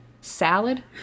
salad